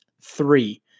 three